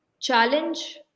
Challenge